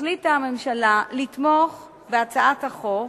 החליטה הממשלה לתמוך בהצעת החוק,